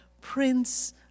Prince